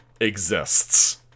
exists